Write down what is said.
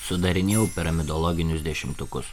sudarinėjau perimidologinius dešimtukus